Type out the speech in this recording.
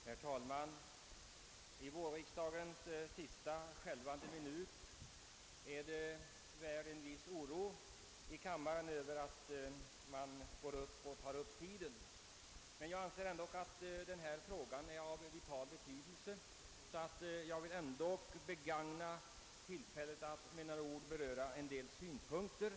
Herr talman! I vårriksdagens sista skälvande minut framkallar kanske var och en som ytterligare tar upp tiden en viss oro i kammaren. Jag anser dock att denna fråga är av så vital betydelse att jag ändock vill begagna tillfället att med några ord framföra en del synpunkter.